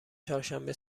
چهارشنبه